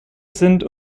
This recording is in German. sind